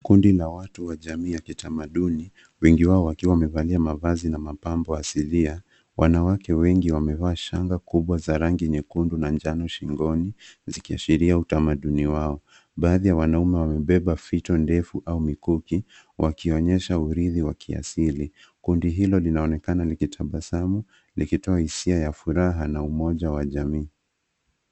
Kuna watu wa jamii ya kitamanduni, wengi wao wakiwa wamevalia mavazi na mapambo asilia. Wanawake wengi wamevaa shanga kubwa za rangi nyekundu na njano shingoni zikiashiria utamanduni wao. Baadhi ya wanaume wamebeba vitu ndefu au mikuki wakionyesha urithi wa kiasili. Kundi Hilo linaonekana likitabasamu likitoa hisia ya furaha na umoja wa jamii.